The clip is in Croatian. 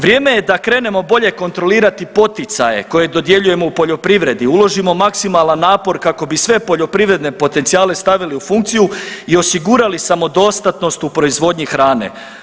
Vrijeme je da krenemo bolje kontrolirati poticaje koje dodjeljujemo u poljoprivredi, uložimo maksimalan napor kako bi sve poljoprivredne potencijale stavili u funkciju i osigurali samodostatnost u proizvodnji hrane.